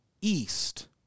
east